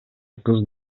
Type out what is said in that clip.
кыз